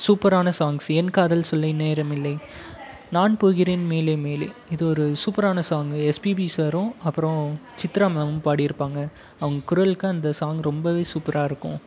சூப்பரான சாங்ஸ் என் காதல் சொல்ல நேரமில்லை நான் போகிறேன் மேலே மேலே இது ஒரு சூப்பரான சாங்கு எஸ்பிபி சாரும் அப்புறம் சித்ரா மேமும் பாடியிருப்பாங்க அவங்க குரலுக்கு அந்த சாங் ரொம்பவே சூப்பராயிருக்கும்